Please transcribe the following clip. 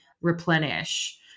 replenish